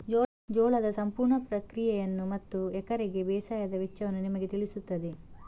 ಜೋಳದ ಸಂಪೂರ್ಣ ಪ್ರಕ್ರಿಯೆಯನ್ನು ಮತ್ತು ಎಕರೆಗೆ ಬೇಸಾಯದ ವೆಚ್ಚವನ್ನು ನಿಮಗೆ ತಿಳಿಸುತ್ತದೆ